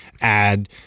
add